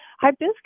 Hibiscus